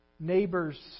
Neighbors